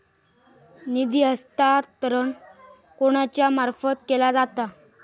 निधी हस्तांतरण कोणाच्या मार्फत केला जाता?